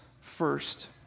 first